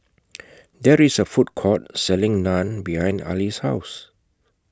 There IS A Food Court Selling Naan behind Arlie's House